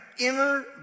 inner